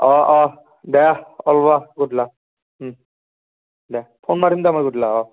অঁ অঁ দে ওলোৱা গুড লাক দে ফোন মাৰিম দে মই গধূলিকে